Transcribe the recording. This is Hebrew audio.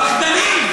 פחדנים.